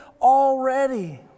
already